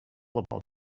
about